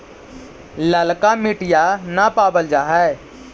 ललका मिटीया न पाबल जा है?